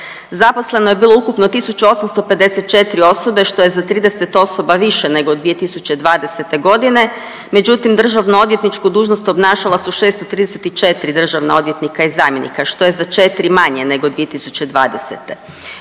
Zaposleno je bilo ukupno 1854 osobe, što je za 30 osoba više nego 2020.g., međutim državno odvjetničku dužnosti obnašala su 634 državna odvjetnika i zamjenika, što je za 4 manje nego 2020..